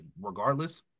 regardless